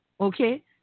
Okay